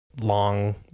long